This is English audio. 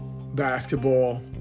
basketball